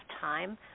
time